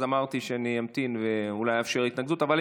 אז אמרתי שאני אמתין ואולי אאפשר התנגדות.